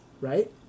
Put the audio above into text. Right